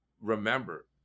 remember